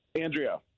Andrea